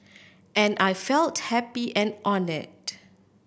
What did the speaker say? and I felt happy and honoured